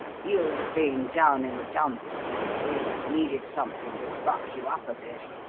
you've been down in the dumps lately and needed something to buck you up a bit.